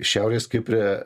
šiaurės kipre